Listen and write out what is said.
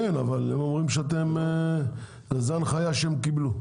כן, אבל הם אומרים שזו ההנחיה שהם קיבלו.